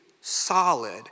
solid